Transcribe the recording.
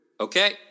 Okay